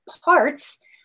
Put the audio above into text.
parts